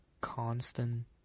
constant